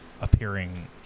appearing